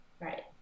right